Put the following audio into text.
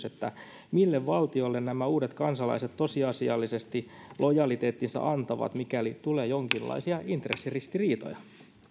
että mille valtiolle nämä uudet kansalaiset tosiasiallisesti lojaliteettinsa antavat mikäli tulee jonkinlaisia intressiristiriitoja